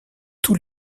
tous